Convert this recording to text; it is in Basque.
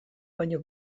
baino